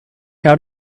out